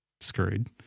screwed